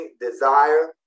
desire